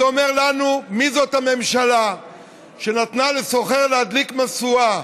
זה אומר לנו מי זאת הממשלה שנתנה לסוחר להדליק משואה,